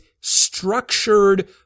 structured